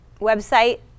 website